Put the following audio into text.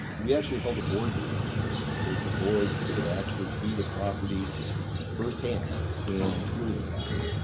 we actually held a board meeting out there so that the board could actually see the property firsthand and tour the property.